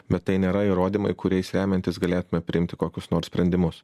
bet tai nėra įrodymai kuriais remiantis galėtume priimti kokius nors sprendimus